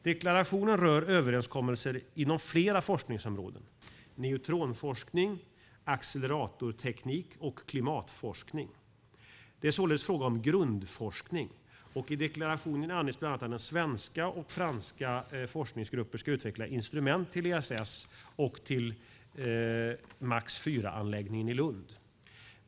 Deklarationen rör överenskommelser inom flera forskningsområden, neutronforskning, acceleratorteknik och klimatforskning. Det är således fråga om grundforskning, och i deklarationen anges bland annat att svenska och franska forskningsgrupper ska utveckla instrument till ESS och till Max IV-anläggningen i Lund.